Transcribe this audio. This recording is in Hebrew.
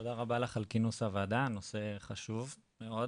תודה רבה לך על כינוס הוועדה, הנושא חשוב מאד,